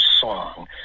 song